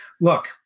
look